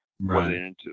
Right